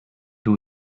two